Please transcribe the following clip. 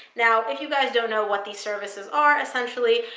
now, if you guys don't know what these services are, essentially,